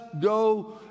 go